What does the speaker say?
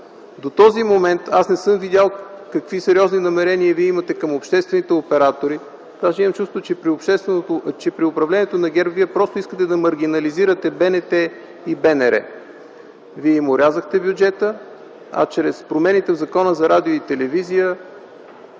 До този момент аз не съм видял какви сериозни намерения имате към обществените оператори. Имам чувството, че при управлението на ГЕРБ вие просто искате да маргинализирате БНТ и БНР. Вие им орязахте бюджета, а чрез промените в Закона за радиото и телевизията